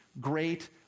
Great